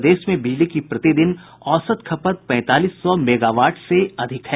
प्रदेश में बिजली की प्रतिदिन औसत खपत पैंतालीस सौ मेगावाट से अधिक है